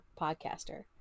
podcaster